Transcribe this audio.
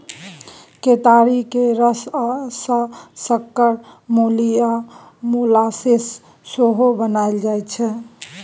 केतारी केर रस सँ सक्कर, मेली आ मोलासेस सेहो बनाएल जाइ छै